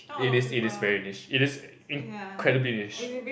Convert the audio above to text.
it is it is very niche it is incredibly niche